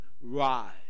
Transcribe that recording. rise